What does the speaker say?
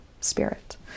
spirit